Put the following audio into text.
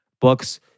books